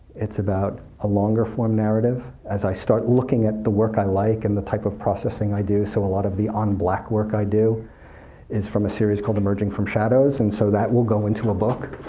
it's about a longer form narrative. as i start looking at the work i like, and the type of processing i do so a lot of the on black work i do is from a series called emerging from shadows, and so that will go into a book.